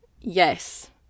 yes